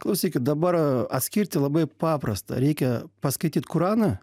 klausykit dabar atskirti labai paprasta reikia paskaityt kuraną